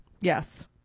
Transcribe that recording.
Yes